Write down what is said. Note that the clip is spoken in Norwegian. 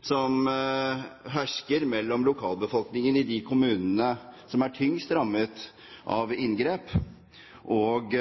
som hersker mellom lokalbefolkningen i de kommunene som er tyngst rammet av inngrep, og